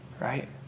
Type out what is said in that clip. right